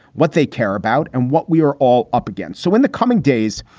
what they care about and what we are all up against. so in the coming days,